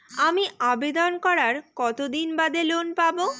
আমি আবেদন করার কতদিন বাদে লোন পাব?